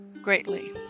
greatly